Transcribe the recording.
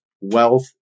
wealth